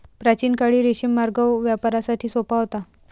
प्राचीन काळी रेशीम मार्ग व्यापारासाठी सोपा होता